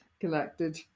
collected